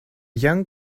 young